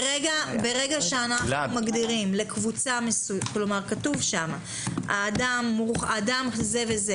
ברגע שכתוב שם שאדם זה וזה